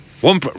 One